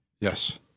yes